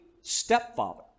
stepfather